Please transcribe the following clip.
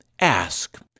Ask